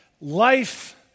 life